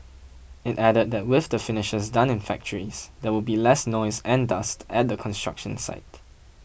it added that with the finishes done in factories there will be less noise and dust at the construction site